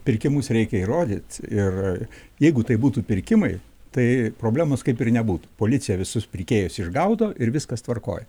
pirkimus reikia įrodyt ir jeigu tai būtų pirkimai tai problemos kaip ir nebūtų policija visus pirkėjus išgaudo ir viskas tvarkoj